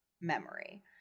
memory